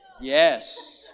yes